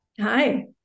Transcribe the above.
Hi